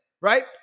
right